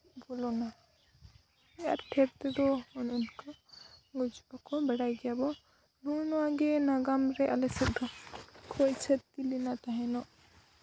ᱯᱩᱨᱟᱹ ᱚᱱᱟ ᱟᱨ ᱴᱷᱮᱹᱨ ᱛᱮᱫᱚ ᱚᱱᱮ ᱚᱱᱠᱟ ᱜᱩᱡᱩᱜ ᱟᱠᱚ ᱵᱟᱲᱟᱭ ᱜᱮᱭᱟᱵᱚᱱ ᱱᱚᱜᱼᱚᱭ ᱱᱚᱣᱟᱜᱮ ᱱᱟᱜᱟᱢ ᱨᱮ ᱟᱞᱮ ᱥᱮᱫ ᱫᱚ ᱠᱷᱚᱭ ᱠᱷᱚᱛᱤ ᱞᱮᱱᱟ ᱛᱟᱦᱮᱱᱚᱜ